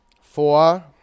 Four